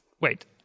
wait